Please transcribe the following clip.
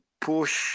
push